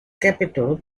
capital